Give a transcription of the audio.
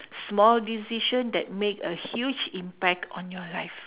small decision that makes a huge impact on your life